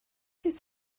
his